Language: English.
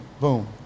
boom